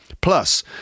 Plus